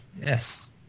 Yes